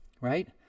right